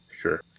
Sure